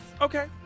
Okay